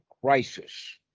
crisis